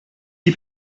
die